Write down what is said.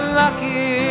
lucky